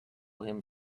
him